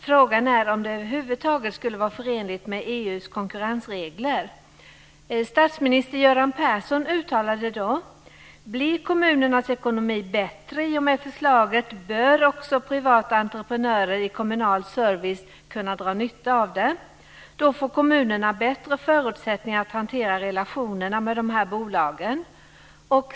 Frågan är om det över huvud taget skulle var förenligt med EU:s konkurrensregler. Statsminister Göran Persson har då uttalat: Blir kommunernas ekonomi bättre av förslaget bör också privata entreprenörer i kommunal service kunna dra nytta av det. Då får kommunerna bättre förutsättningar att hantera relationerna med de här bolagen.